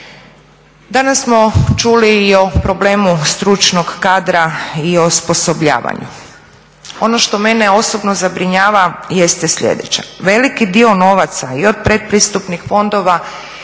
Danas smo čuli i o problemu stručnog kadra i osposobljavanju. Ono što mene osobno zabrinjava jeste sljedeće. Veliki dio novaca i od pretpristupnih fondova